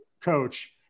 coach